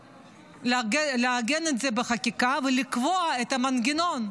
לעגן את זה בחקיקה ולקבוע את המנגנון,